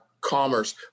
commerce